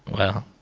wow.